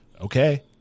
Okay